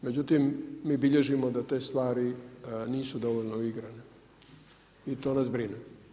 Međutim, mi bilježimo da te stvari nisu dovoljno uigrane i to nas brine.